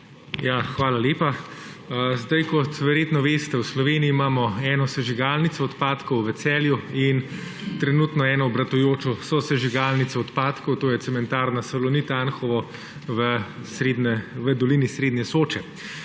Hvala lepa. Kot verjetno veste, imamo v Sloveniji eno sežigalnico odpadkov v Celju in trenutno eno obratujočo sosežigalnico odpadkov, to je cementarna Salonit Anhovo v dolini srednje Soče.